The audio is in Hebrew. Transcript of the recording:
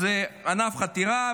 אז זה ענף חתירה,